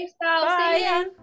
bye